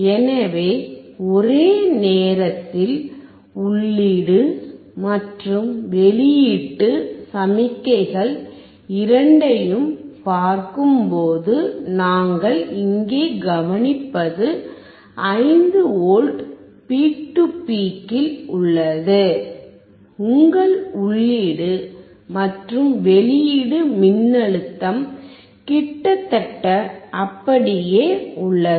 எனவேஒரே நேரத்தில் உள்ளீடு மற்றும் வெளியீட்டு சமிக்ஞைகள் இரண்டையும் பார்க்கும்போது நாங்கள் இங்கே கவனிப்பது 5V பீக் டு பீக்கில் உள்ளது உங்கள் உள்ளீடு மற்றும் வெளியீடு மின்னழுத்தம் கிட்டத்தட்ட அப்படியே உள்ளது